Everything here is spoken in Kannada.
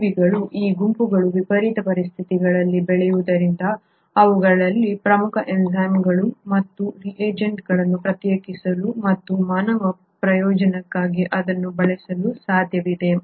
ಜೀವಿಗಳ ಈ ಗುಂಪುಗಳು ವಿಪರೀತ ಪರಿಸ್ಥಿತಿಗಳಲ್ಲಿ ಬೆಳೆಯುವುದರಿಂದ ಅವುಗಳಿಂದ ಪ್ರಮುಖ ಎನ್ಝೈಮ್ಗಳು ಮತ್ತು ರಿಏಜೆಂಟ್ಗಳನ್ನು ಪ್ರತ್ಯೇಕಿಸಲು ಮತ್ತು ಮಾನವ ಪ್ರಯೋಜನಕ್ಕಾಗಿ ಅದನ್ನು ಬಳಸಲು ಸಾಧ್ಯವಿದೆ